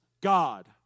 God